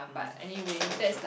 um I'm not sure